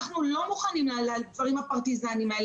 אנחנו לא מוכנים לדברים הפרטיזניים האלה.